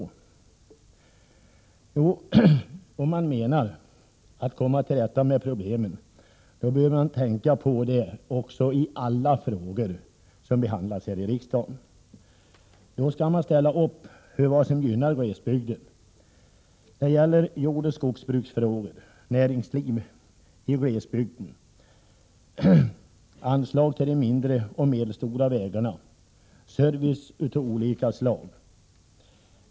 Jo, om man har för avsikt att komma till rätta med problemen bör man tänka på det i alla frågor som behandlas här i riksdagen. Då skall man ställa upp för vad som gynnar glesbygden. Det gäller jordoch skogsbruksfrågor, frågor som gäller näringsliv i glesbygden, anslag till de mindre och medelstora vägarna samt service av olika slag.